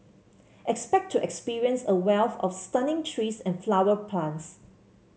expect to experience a wealth of stunning trees and flower plants